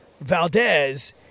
Valdez